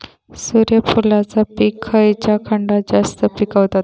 सूर्यफूलाचा पीक खयच्या खंडात जास्त पिकवतत?